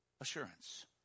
assurance